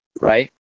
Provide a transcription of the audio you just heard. right